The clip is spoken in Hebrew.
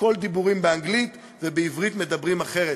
הכול דיבורים באנגלית, ובעברית מדברים אחרת.